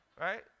Right